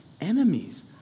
enemies